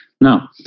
now